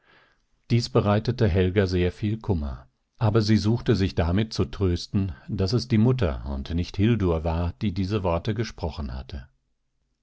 dies bereitete helga sehr viel kummer aber sie suchte sich damit zu trösten daß es die mutter und nicht hildur war die diese worte gesprochen hatte